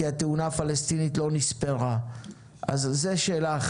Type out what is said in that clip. זו שאלה,